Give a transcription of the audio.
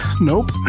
nope